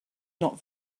not